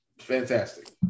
Fantastic